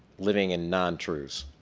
living in non-truths.